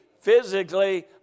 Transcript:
physically